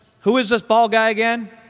who is this bald guy again?